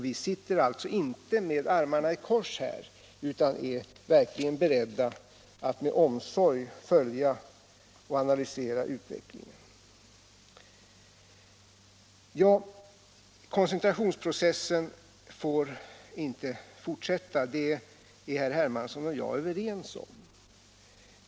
Vi sitter inte med armarna i kors utan är verkligen beredda att med omsorg följa och analysera utvecklingen. Koncentrationsprocessen i näringslivet får inte fortsätta, det är herr Hermansson och jag överens om.